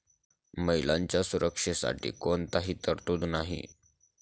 महिलांच्या सुरक्षेसाठी कोणतीही तरतूद नाही